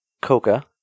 Coca